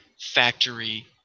factory